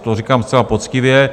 To říkám zcela poctivě.